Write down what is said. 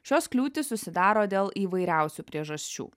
šios kliūtys susidaro dėl įvairiausių priežasčių